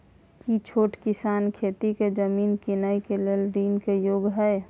की छोट किसान खेती के जमीन कीनय के लेल ऋण के योग्य हय?